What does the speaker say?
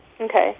Okay